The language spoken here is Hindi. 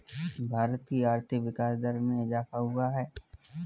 भारत की आर्थिक विकास दर में इजाफ़ा हुआ है